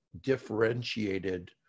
differentiated